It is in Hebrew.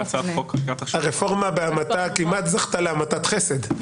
הרפורמה בהמתה כמעט זכתה להמתת חסד.